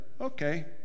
okay